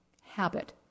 habit